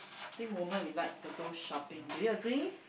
I think woman would like to go shopping do you agree